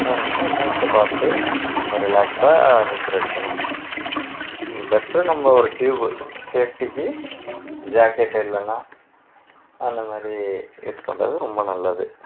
அதனால மூச்சை பார்த்து ரொம்ப ரிலாக்ஸாக நீச்சல் அடிக்கணும் பெட்ரு நம்ம ஒரு டியூபு சேஃப்டிக்கு ஜாக்கெட்டு இல்லைனா அந்த மாதிரி யூஸ் பண்ணுறது ரொம்ப நல்லது